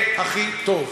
זה יהיה הכי טוב.